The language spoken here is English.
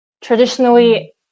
traditionally